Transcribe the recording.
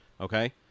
Okay